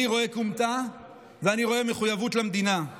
אני רואה כומתה ואני רואה מחויבות למדינה,